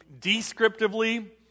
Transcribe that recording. descriptively